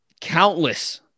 countless